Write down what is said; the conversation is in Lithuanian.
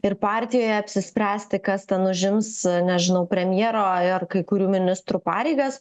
ir partijoje apsispręsti kas ten užims nežinau premjero ar kai kurių ministrų pareigas